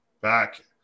back